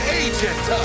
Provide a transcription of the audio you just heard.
agent